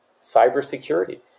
cybersecurity